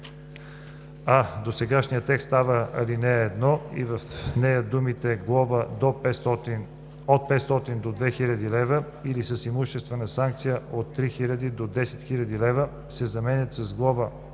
а) досегашният текст става ал. 1 и в нея думите „глоба от 500 до 2000 лв. или с имуществена санкция от 3000 до 10 000 лв.“ се заменят с „глоба